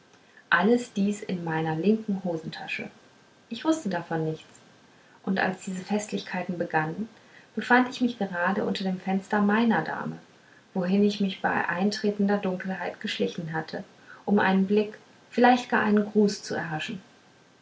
alles dies in meiner linken hosentasche ich wußte davon nichts und als diese festlichkeiten begannen befand ich mich grade unter dem fenster meiner dame wohin ich mich bei eintretender dunkelheit geschlichen hatte um einen blick vielleicht gar einen gruß zu erhaschen